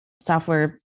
software